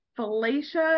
Felicia